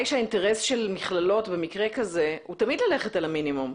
שהאינטרס של מכללות במקרה כזה הוא תמיד ללכת על המינימום,